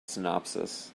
synopsis